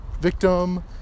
victim